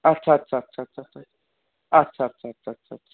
আচ্ছা আচ্ছা আচ্ছা আচ্ছা আচ্ছা আচ্ছা আচ্ছা আচ্ছা আচ্ছা আচ্ছা